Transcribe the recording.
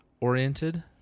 oriented